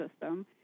system